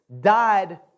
died